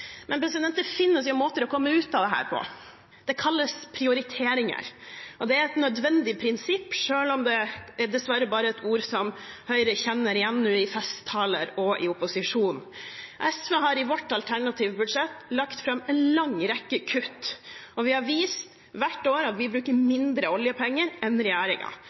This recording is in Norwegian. Men det finnes måter å komme ut av dette på. Det kalles prioriteringer. Det er et nødvendig prinsipp, selv om det nå dessverre bare er et ord som Høyre kjenner igjen i festtaler og i opposisjonen. SV har i vårt alternative budsjett lagt fram en lang rekke kutt, og vi har vist hvert år at vi bruker mindre oljepenger enn